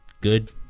good